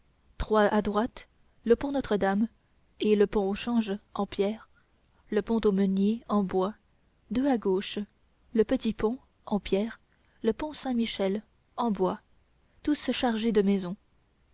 trois à droite le pont notre-dame et le pont au change en pierre le pont aux meuniers en bois deux à gauche le petit pont en pierre le pont saint michel en bois tous chargés de maisons